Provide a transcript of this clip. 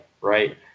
right